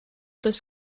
does